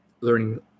learning